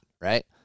right